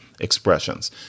expressions